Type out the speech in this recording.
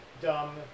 dumb